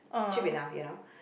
cheap enough you know